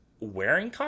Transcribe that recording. wearing